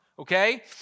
Okay